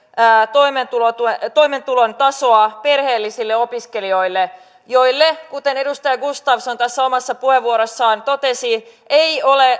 toimeentulon tasoa perheellisille opiskelijoille joille kuten edustaja gustafsson omassa puheenvuorossaan totesi ei ole